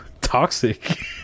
toxic